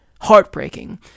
heartbreaking